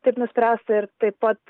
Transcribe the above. taip nuspręsta ir taip pat